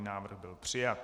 Návrh byl přijat.